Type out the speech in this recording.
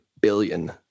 billion